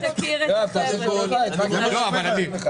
תכיר את החבר'ה, תכיר את החבר'ה.